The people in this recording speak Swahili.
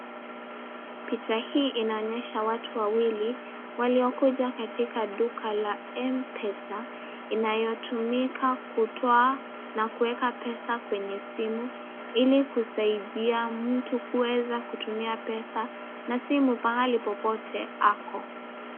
Picha hii inaonyesha watu wawili, waliokuja katika duka la mpesa, inayotumika kutoa na kuweka pesa kwenye simu, ili kusaidia mtu kuweza kutumia pesa na simu pahali popote ako.